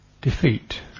defeat